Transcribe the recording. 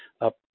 up